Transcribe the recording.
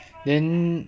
then